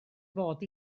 fod